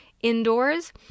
indoors